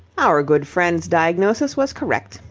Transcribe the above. our good friend's diagnosis was correct.